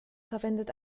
verwendet